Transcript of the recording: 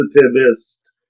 positivist